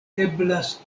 eblas